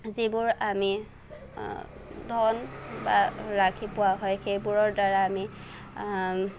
যিবোৰ আমি ধন বা ৰাশি পোৱা হয় সেইবোৰৰ দ্বাৰা আমি